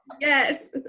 yes